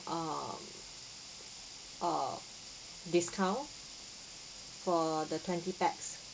uh uh discount for the twenty pax